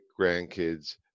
grandkids